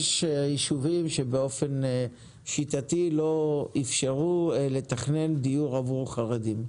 יש ישובים שבאופן שיטתי לא איפשרו לתכנן דיור עבור חרדים.